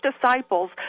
disciples